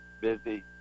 busy